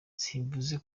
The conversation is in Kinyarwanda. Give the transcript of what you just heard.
simvuze